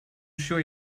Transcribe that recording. sure